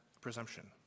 presumption